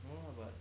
no lah but